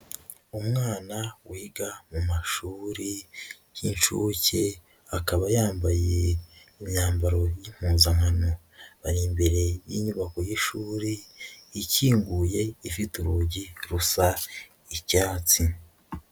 Umwana wiga mu mashuri y'inshuke, akaba yambaye imyambaro y'impuzankano, bari imbere y'inyubako y'ishuri ikinguye, ifite urugi rusa icyatsi.